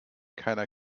keiner